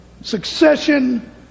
succession